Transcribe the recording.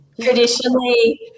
traditionally